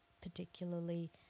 particularly